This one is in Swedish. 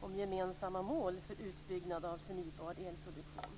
om gemensamma mål för utbyggnad av förnybar elproduktion.